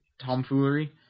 tomfoolery